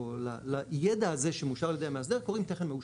או ליידע הזה שמאושר על ידי המאסדר קוראים תכן מאושר.